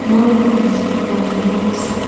মোৰ পাঁচজন বন্ধুৰ নাম হৈছে